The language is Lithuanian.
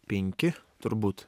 penki turbūt